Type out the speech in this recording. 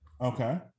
Okay